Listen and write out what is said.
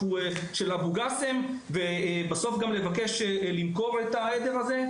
אכן שייך לאבו גאסם ובסוף גם לבקש למכור את העדר הזה,